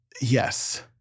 Yes